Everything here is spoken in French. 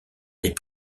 des